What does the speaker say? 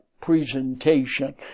presentation